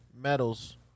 medals